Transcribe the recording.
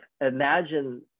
imagine